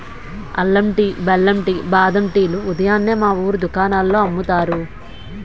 అల్లం టీ, బెల్లం టీ, బాదం టీ లు ఉదయాన్నే మా వూరు దుకాణాల్లో అమ్ముతారు